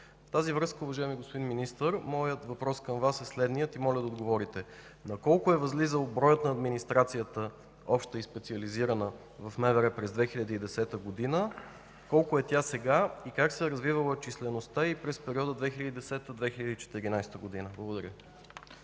В тази връзка, уважаеми господин Министър, моят въпрос към Вас е следният и моля да отговорите: на колко е възлизал броят на администрацията – обща и специализирана, в МВР през 2010 г.? Колко е тя сега? Как се е развивала числеността й в периода 2010 2014 г.? Благодаря.